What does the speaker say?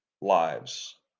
lives